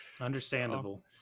understandable